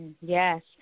Yes